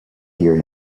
hear